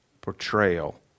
portrayal